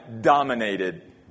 dominated